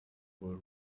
were